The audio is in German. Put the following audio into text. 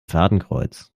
fadenkreuz